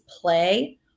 play